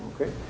okay